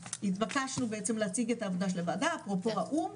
התבקשנו בעצם להציג את העבודה של הוועדה באו"ם,